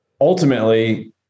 ultimately